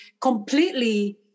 completely